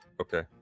Okay